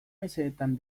mesedetan